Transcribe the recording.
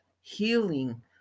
healing